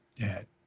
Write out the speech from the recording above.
dad.